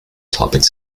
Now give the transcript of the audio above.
topics